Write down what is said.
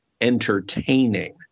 entertaining